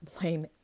blame